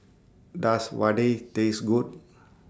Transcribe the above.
Does Vadai Taste Good